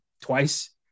twice